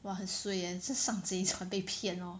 !wah! 很 suay eh 是上贼船被骗 lor